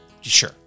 Sure